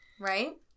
Right